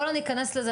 בוא לא ניכנס לזה.